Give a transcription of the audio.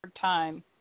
time